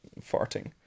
farting